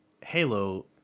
Halo